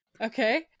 okay